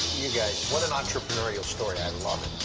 you guys what an entrepreneurial story. i love it.